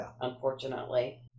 unfortunately